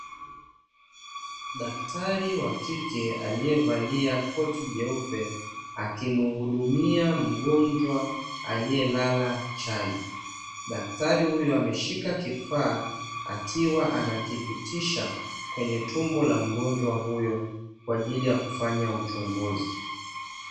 Daktari wa kike aliyevalia koti jeupe, akimhudumia mgonjwa aliyelala chali. Daktari huyo ameshika kifaa akiwa anakipitisha kwenye tumbo la mgonjwa huyo kwa ajili ya kufanya uchunguzi.